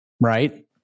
right